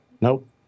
Nope